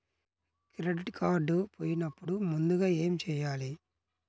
Credit card పోయినపుడు ముందుగా ఏమి చేయాలి?